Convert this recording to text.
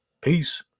Peace